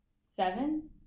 seven